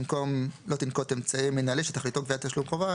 במקום "לא תנקוט אמצעי מינהלי שתכליתו גביית תשלום חובה",